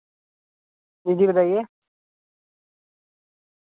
جی جی بتائیے